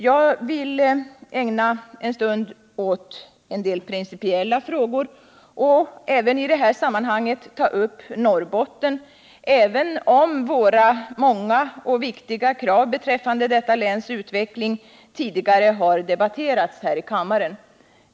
Jag skall ägna en stund åt en del principiella frågor och i sammanhanget även ta upp Norrbottens problem, även om våra många och viktiga krav beträffande detta läns utveckling tidigare har debatterats i kammaren.